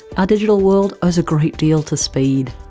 our digital world owes a great deal to speed.